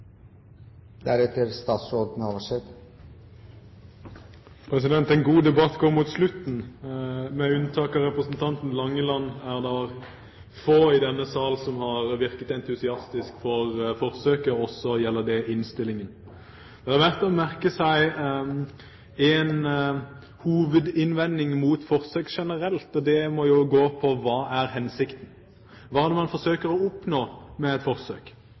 denne sal som har virket entusiastiske til forsøket. Det gjelder også innstillingen. Det er verdt å merke seg en hovedinnvending mot forsøk generelt, og det må gå på: Hva er hensikten? Hva er det man forsøker å oppnå med et forsøk?